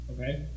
okay